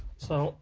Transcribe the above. so